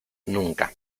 nunca